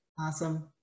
Awesome